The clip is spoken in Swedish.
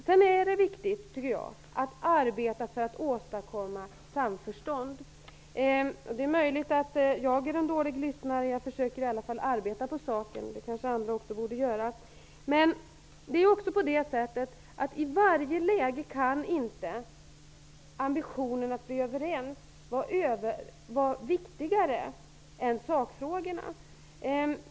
Det är också viktigt att arbeta för att åstadkomma samförstånd. Det är möjligt att jag är en dålig lyssnare, men jag försöker i alla fall arbeta med saken -- det kanske andra också borde göra. Ambitionen att bli överens kan emellertid inte i varje läge vara viktigare än sakfrågorna.